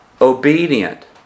Obedient